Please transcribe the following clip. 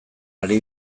ari